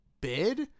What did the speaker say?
bid